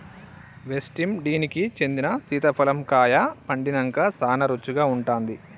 West Indies కి చెందిన సీతాఫలం కాయ పండినంక సానా రుచిగా ఉంటాది